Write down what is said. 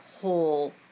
whole